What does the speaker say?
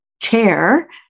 chair